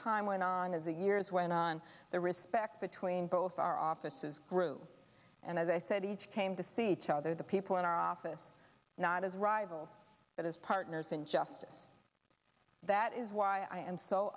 time went on as the years went on the respect between both our offices grew and as i said came to see each other the people in our office not as rivals but as partners in justice that is why i am so